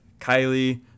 Kylie